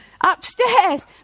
upstairs